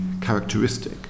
characteristic